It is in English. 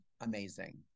amazing